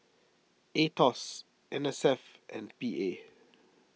Aetos N S F and P A